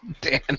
Dan